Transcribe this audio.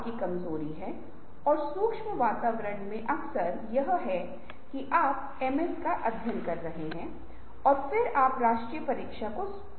तो यह इस तरह कहता है कि यहाँ विकल्प यहाँ की तरह एक लिखित है